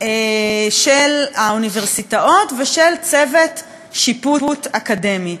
של האוניברסיטאות ושל צוות שיפוט אקדמי.